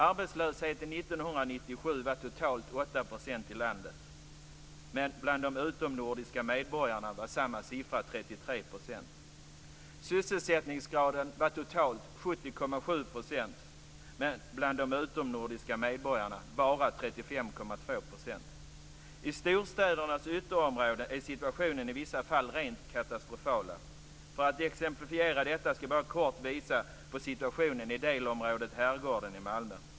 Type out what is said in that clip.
Arbetslösheten 1997 var totalt 8 % i landet. Bland de utomnordiska medborgarna var samma siffra 33 %. Sysselsättningsgraden var totalt 70,7 %, men bland de utomnordiska medborgarna bara 35,2 %. I storstädernas ytterområde är situationen i vissa fall rent katastrofala. För att exemplifiera detta skall jag bara kort visa på situationen i delområdet Herrgården i Malmö.